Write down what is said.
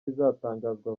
bizatangazwa